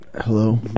Hello